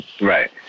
Right